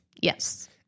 Yes